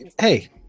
Hey